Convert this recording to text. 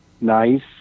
nice